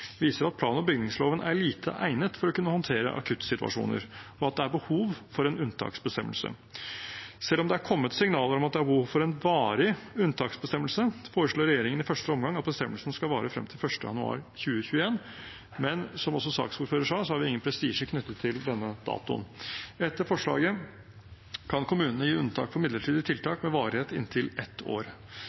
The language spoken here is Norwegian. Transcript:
viser at plan- og bygningsloven er lite egnet til å kunne håndtere akuttsituasjoner, og at det er behov for en unntaksbestemmelse. Selv om det er kommet signaler om at det er behov for en varig unntaksbestemmelse, foreslår regjeringen i første omgang at bestemmelsen skal vare frem til 1. januar 2021, men som også saksordføreren sa, er det ingen prestisje knyttet til denne datoen. Etter forslaget kan kommunene gi unntak for midlertidige tiltak med varighet i inntil ett år.